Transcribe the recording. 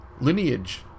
lineage